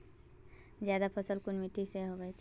ज्यादा फसल कुन मिट्टी से बेचे?